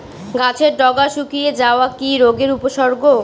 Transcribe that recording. গাছের ডগা শুকিয়ে যাওয়া কি রোগের উপসর্গ?